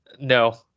No